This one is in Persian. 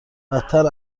بدتر